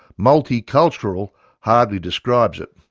multicultural hardly describes it!